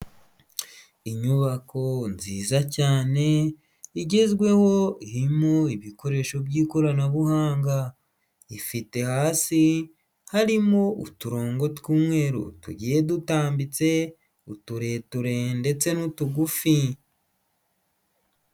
Inyubako nziza cyane igezweho irimo ibikoresho by'ikoranabuhanga, ifite hasi harimo uturongo tw'umweru tugiye dutambitse utureture ndetse n'utugufi.